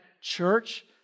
church